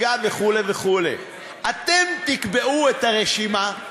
הריגה וכו' וכו'; אתם תקבעו את הרשימה של